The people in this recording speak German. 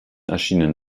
erschienenen